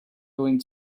going